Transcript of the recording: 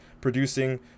producing